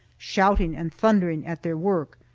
shouting and thundering at their work.